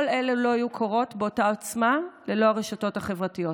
כל אלה לא היו קורות באותה עוצמה ללא הרשתות החברתיות.